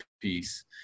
piece